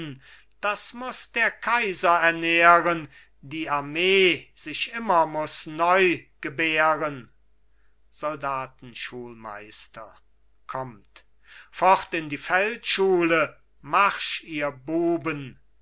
das muß der kaiser ernähren die armee sich immer muß neu gebären soldatenschulmeister kommt fort in die feldschule marsch ihr buben